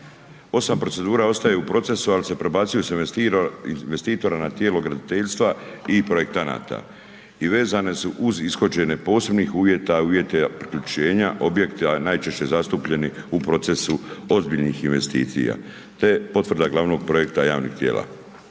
8 procedura ostaje u procesu, al se prebacuju s investitora na tijelo graditeljstva i projektanata i vezane su uz ishođenje posebnih uvjeta i uvjeta priključenja objekta najčešće zastupljenih u procesu ozbiljnih investicija, te potvrda glavnog projekta javnih tijela.